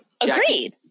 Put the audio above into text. Agreed